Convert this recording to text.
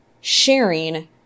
sharing